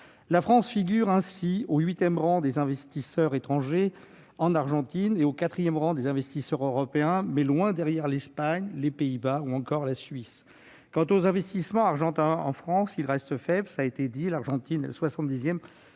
La France figure ainsi au huitième rang des investisseurs étrangers en Argentine et au quatrième rang des investisseurs européens, mais loin derrière l'Espagne, les Pays-Bas ou encore la Suisse. Quant aux investissements argentins en France, ils restent faibles, cela a été dit. L'Argentine est le